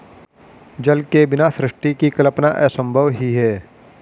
जल के बिना सृष्टि की कल्पना असम्भव ही है